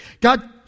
God